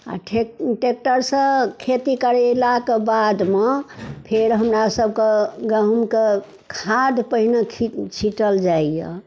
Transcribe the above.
आ ठे ट्रेक्टरसँ खेती करेलाक बादमे फेर हमरा सबके गहुमके खाद पहिने छिटल जाइए